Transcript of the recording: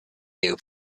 new